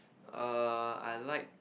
err I like